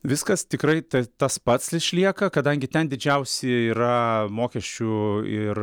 viskas tikrai tai tas pats išlieka kadangi ten didžiausi yra mokesčių ir